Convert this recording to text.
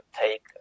take